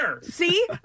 See